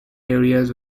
areas